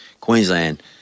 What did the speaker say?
Queensland